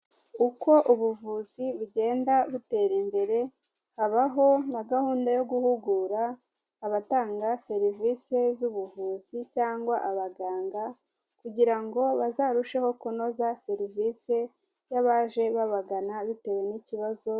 Uko ubuvuzi bugenda butera imbere, habaho na gahunda yo guhugura abatanga serivise z'ubuvuzi cyangwa abaganga kugira ngo bazarusheho kunoza serivise y'abaje babagana bitewe n'ikibazo.